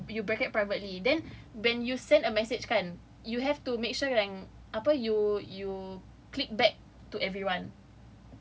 so make sure you bracket privately then when you send a message kan you have to make sure yang apa you you click back to everyone